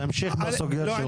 תמשיך בסוגיות שלך.